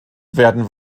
werden